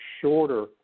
shorter